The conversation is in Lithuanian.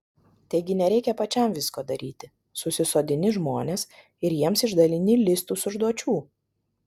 taigi nereikia pačiam visko daryti susisodini žmones ir jiems išdalini listus užduočių